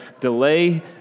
delay